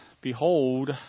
behold